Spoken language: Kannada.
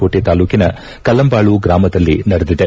ಕೋಟೆ ತಾಲ್ಲೂಕಿನ ಕಲ್ಲಂಬಾಳು ಗ್ರಾಮದಲ್ಲಿ ನಡೆದಿದೆ